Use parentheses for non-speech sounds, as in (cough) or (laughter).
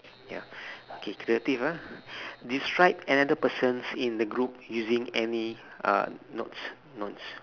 ya (breath) okay creative ah (breath) describe another person in the group using any nouns nouns